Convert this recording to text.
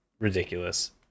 ridiculous